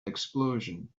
explosion